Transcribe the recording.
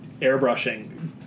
Airbrushing